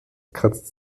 kratzt